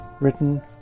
written